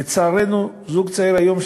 לצערנו זוג צעיר היום,